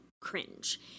cringe